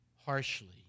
harshly